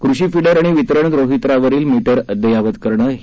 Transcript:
कृषी फिडर आणि वितरण रोहित्रावरील मिटर अद्ययावत करणं इ